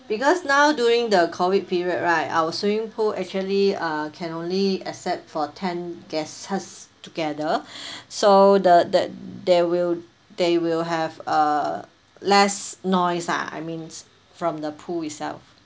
because now during the COVID period right our swimming pool actually uh can only accept for ten guests together so the the there will there will have uh less noise ah I mean from the pool itself